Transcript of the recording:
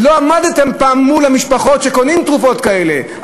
לא עמדתם פעם מול המשפחות שקונות תרופות כאלה.